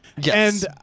Yes